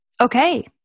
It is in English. Okay